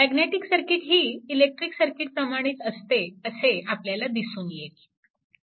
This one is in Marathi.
मॅग्नेटिक सर्किटही इलेक्ट्रिक सर्किट प्रमाणेच असते असे आपल्याला दिसून येईल